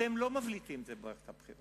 אתם לא מבליטים את זה במערכת הבחירות,